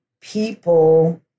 people